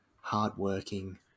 hardworking